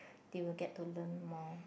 they will get to learn more